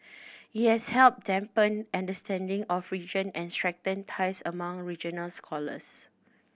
it has helped deepen understanding of region and strengthened ties among regional scholars